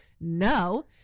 no